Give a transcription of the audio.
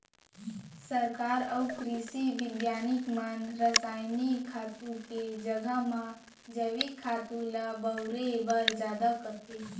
सरकार अउ कृसि बिग्यानिक मन रसायनिक खातू के जघा म जैविक खातू ल बउरे बर जादा कथें